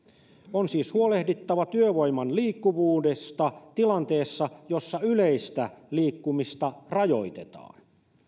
on siis huolehdittava työvoiman liikkuvuudesta tilanteessa jossa yleistä liikkumista rajoitetaan